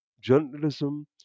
journalism